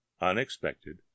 Unexpected